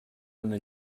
una